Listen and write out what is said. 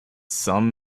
some